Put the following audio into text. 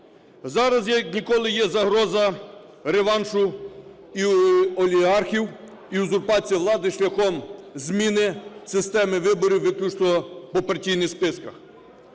Зараз як ніколи є загроза реваншу і олігархів, і узурпації влади шляхом зміни системи виборів виключно по партійних списках.